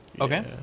Okay